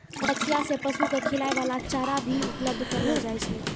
कचिया सें पशु क खिलाय वाला चारा भी उपलब्ध करलो जाय छै